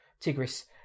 Tigris